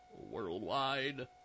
Worldwide